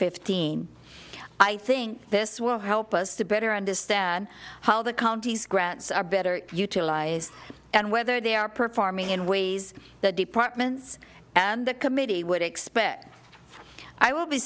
fifteen i think this will help us to better understand how the county's grants are better utilized and whether they are performing in ways that departments and the committee would expect i will be